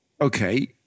okay